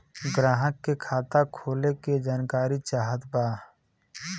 ग्राहक के खाता खोले के जानकारी चाहत बा?